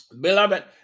Beloved